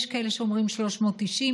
יש כאלה שאומרים 390,